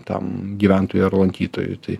tam gyventojui ar lankytojui tai